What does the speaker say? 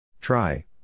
Try